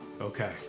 Okay